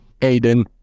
Aiden